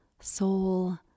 soul